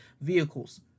vehicles